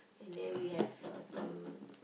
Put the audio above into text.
and then we have uh some